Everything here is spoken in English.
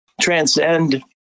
transcend